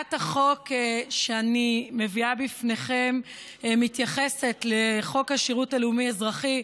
הצעת החוק שאני מביאה בפניכם מתייחסת לחוק השירות הלאומי-אזרחי,